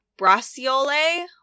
braciole